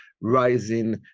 rising